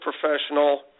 professional